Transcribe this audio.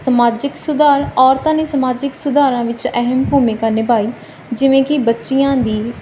ਸਮਾਜਿਕ ਸੁਧਾਰ ਔਰਤਾਂ ਦੀ ਸਮਾਜਿਕ ਸੁਧਾਰਾਂ ਵਿੱਚ ਅਹਿਮ ਭੂਮਿਕਾ ਨਿਭਾਈ ਜਿਵੇਂ ਕਿ ਬੱਚੀਆਂ ਦੀ ਸਿੱਖਿਆ